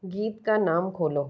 गीत का नाम खोलो